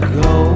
go